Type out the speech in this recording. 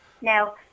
Now